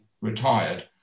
retired